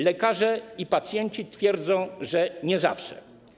Lekarze i pacjenci twierdzą, że nie zawsze.